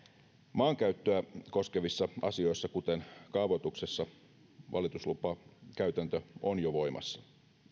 maankäyttöä koskevissa asioissa kuten kaavoituksessa valituslupakäytäntö on jo voimassa